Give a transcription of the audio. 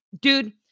dude